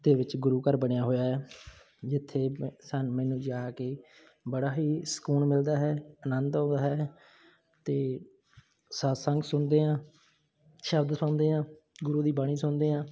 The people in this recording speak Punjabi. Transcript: ਦੇ ਵਿੱਚ ਗੁਰੂ ਘਰ ਬਣਿਆ ਹੋਇਆ ਆ ਜਿੱਥੇ ਸਾਨੂੰ ਮੈਨੂੰ ਜਾ ਕੇ ਬੜਾ ਹੀ ਸਕੂਨ ਮਿਲਦਾ ਹੈ ਆਨੰਦ ਆਉਂਦਾ ਹੈ ਅਤੇ ਸਤਿਸੰਗ ਸੁਣਦੇ ਹਾਂ ਸ਼ਬਦ ਸੁਣਦੇ ਹਾਂ ਗੁਰੂ ਦੀ ਬਾਣੀ ਸੁਣਦੇ ਹਾਂ